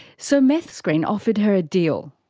so meth screen offered her a deal.